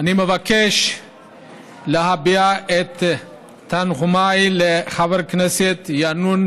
אני מבקש להביע את תנחומיי לחבר הכנסת ינון